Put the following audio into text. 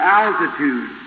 altitude